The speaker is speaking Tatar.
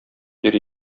йөри